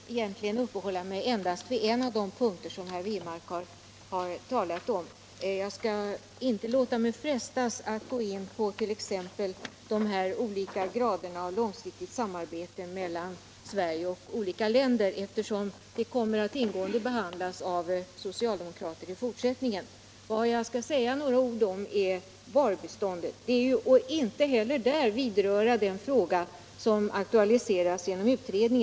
Herr talman! Jag skall uppehålla mig vid endast en av de punkter som herr Wirmark har talat om och inte låta mig frestas att gå in på t.ex. de olika graderna av långsiktigt samarbete mellan Sverige och olika andra länder, eftersom det kommer att ingående behandlas av socialdemokrater senare i debatten. Vad jag skall säga några ord om är varubiståndet, och jag skall där inte heller vidröra den fråga som aktualiseras genom utredningen.